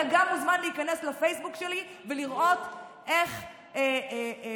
אתה גם מוזמן להיכנס לפייסבוק שלי ולראות איך באמת